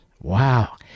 Wow